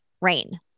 Rain